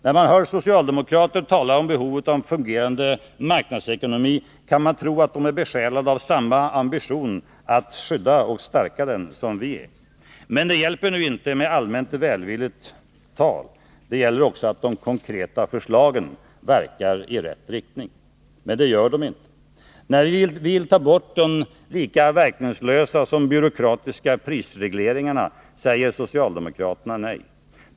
När man hör socialdemokrater tala om behovet av en fungerande marknadsekonomi kan man tro att de är besjälade av samma ambition att skydda och stärka den som vi är. Men det hjälper inte med allmänt välvilligt tal — det gäller också att de konkreta förslagen verkar i rätt riktning. Men det gör de inte. När vi vill ta bort den lika verkningslösa som byråkratiska prisregleringen, säger socialdemokraterna nej.